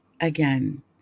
again